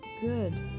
good